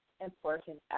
important